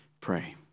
pray